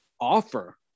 offer